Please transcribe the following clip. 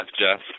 Jeff